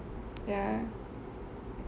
ya